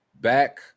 back